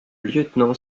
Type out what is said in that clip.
lieutenant